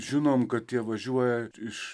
žinom kad tie važiuoja iš